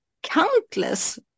countless